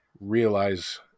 realize